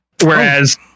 Whereas